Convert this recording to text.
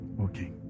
Okay